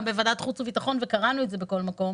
בוועדת חוץ וביטחון וקראנו את זה בכל מקום